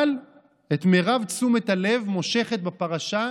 אבל את מרב תשומת הלב מושכת בפרשה,